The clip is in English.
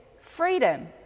freedom